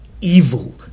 evil